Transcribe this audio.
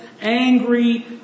angry